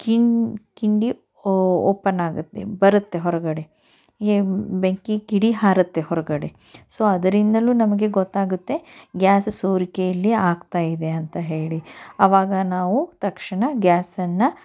ಕಿನ್ ಕಿಂಡಿ ಓ ಓಪನ್ ಆಗುತ್ತೆ ಬರುತ್ತೆ ಹೊರಗಡೆ ಬೆಂಕಿ ಕಿಡಿ ಹಾರುತ್ತೆ ಹೊರಗಡೆ ಸೊ ಅದರಿಂದಲೂ ನಮಗೆ ಗೊತ್ತಾಗುತ್ತೆ ಗ್ಯಾಸ್ ಸೋರಿಕೆ ಇಲ್ಲಿ ಆಗ್ತಾಯಿದೆ ಅಂತ ಹೇಳಿ ಆವಾಗ ನಾವು ತಕ್ಷಣ ಗ್ಯಾಸನ್ನು